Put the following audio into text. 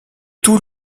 tout